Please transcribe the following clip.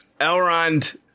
Elrond